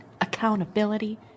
accountability